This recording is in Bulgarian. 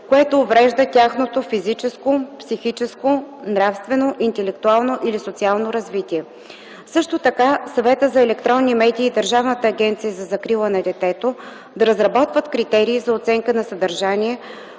което уврежда тяхното физическо, психическо, нравствено, интелектуално или социално развитие. Също така Съветът за електронни медии и Държавната агенция за закрила на детето да разработват критерии за оценка на съдържание,